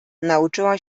nauczyła